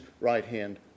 right-hand